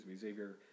Xavier